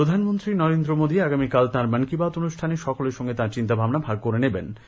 প্রধানমন্ত্রী নরেন্দ্র মোদী আগামীকাল মন কী বাত্ অনুষ্ঠানে সকলের সঙ্গে তাঁর চিন্তাভাবনা ভাগ করে নেবেন